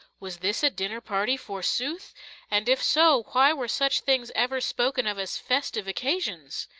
was this a dinner party, forsooth and, if so, why were such things ever spoken of as festive occasions?